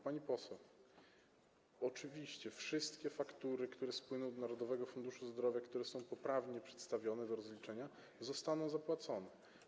Pani poseł, oczywiście, wszystkie faktury, które spłyną do Narodowego Funduszu Zdrowia, które są poprawnie przedstawione do rozliczenia, zostaną zapłacone.